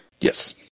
Yes